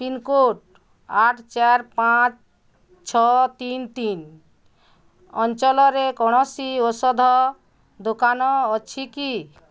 pincode ଆଠ ଚାରି ପାଞ୍ଚ ଛଅ ତିନ ତିନ ଅଞ୍ଚଳରେ କୌଣସି ଔଷଧ ଦୋକାନ ଅଛି କି